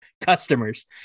customers